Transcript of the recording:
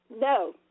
No